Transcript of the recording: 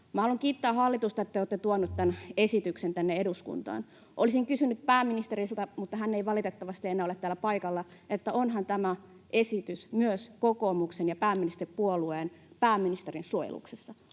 haluan kiittää hallitusta, että te olette tuoneet tämän esityksen tänne eduskuntaan. Olisin kysynyt pääministeriltä, mutta hän ei valitettavasti enää ole täällä paikalla: Onhan tämä esitys myös kokoomuksen ja pääministeripuolueen, pääministerin, suojeluksessa?